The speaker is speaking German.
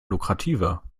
lukrativer